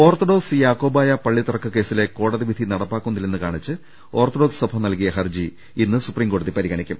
orthodox Yakobaya പള്ളി തർക്ക കേസിലെ കോടതി വിധി നടപ്പാക്കുന്നില്ലെന്ന് ആരോപിച്ച് ഓർത്തഡോക്സ് സഭ നൽകിയ ഹർജി ഇന്ന് സുപ്രീംകോടതി പരിഗണിക്കും